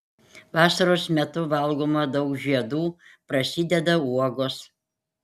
vasaros metu valgoma daug žiedų prasideda uogos